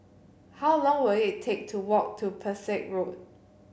how long will it take to walk to Pesek Road